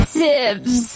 tips